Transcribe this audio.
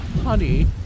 Honey